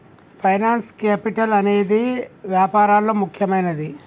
finance capital అనేదే వ్యాపారాల్లో ముఖ్యమైనది